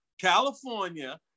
California